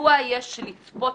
מדוע יש לצפות